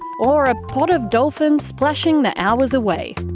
or a pod of dolphins splashing the hours away.